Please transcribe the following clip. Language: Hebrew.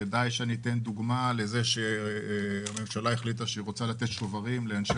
די שאני אתן דוגמה לזה שהממשלה החליטה שהיא רוצה לתת שוברים לאנשי